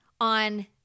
on